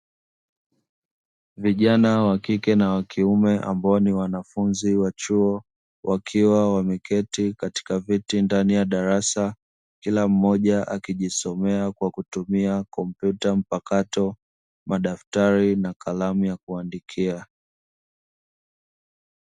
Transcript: Vijana wa kike na wa kiume ambao ni wanafunzi wa chuo wakiwa wameketi katika viti ndani ya darasa; kila mmoja akijisomea kwa kutumia kompyuta mpakato, madaftari na kalamu ya kuandikia.